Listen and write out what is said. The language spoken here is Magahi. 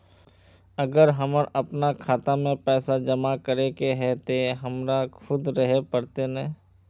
अगर हमर अपना खाता में पैसा जमा करे के है ते हमरा खुद रहे पड़ते ने?